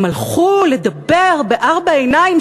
הם הלכו לדבר בארבע עיניים,